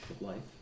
life